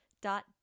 dot